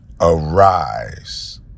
arise